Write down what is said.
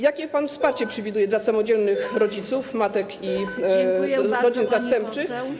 Jakie wsparcie przewiduje pan dla samodzielnych rodziców, matek i rodzin zastępczych?